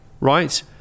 right